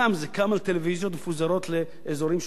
זה קם על טלוויזיות מפוזרות לאזורים שונים.